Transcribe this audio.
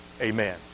amen